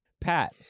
Pat